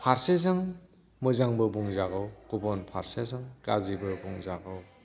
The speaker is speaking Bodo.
फारसेजों मोजांबो बुंजागौ गुबुन फारसेजों गाज्रिबो बुंजागौ